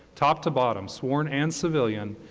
top to bottom, sworn and civilian,